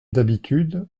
d’habitude